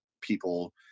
people